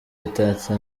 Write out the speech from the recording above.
bitatse